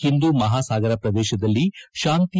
ಹಿಂದೂ ಮಹಾಸಾಗರ ಪ್ರದೇಶದಲ್ಲಿ ಶಾಂತಿ